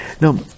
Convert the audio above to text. Now